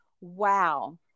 wow